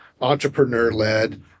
entrepreneur-led